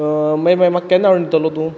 मागीर म्हाका केन्ना हाडन दितलो तूं